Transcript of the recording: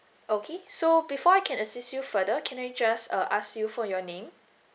okay so before I can assist you further can I just uh ask you for your name